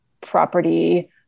property